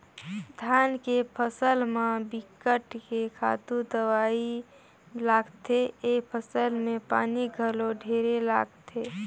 धान के फसल म बिकट के खातू दवई लागथे, ए फसल में पानी घलो ढेरे लागथे